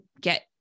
get